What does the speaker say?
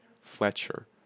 Fletcher